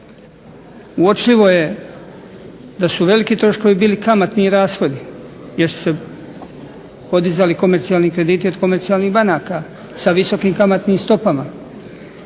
uočljivo je da su veliki troškovi bili kamatni rashodi, jer su se podizali komercijalni krediti od komercijalnih banaka sa visokim kamatnim stopama,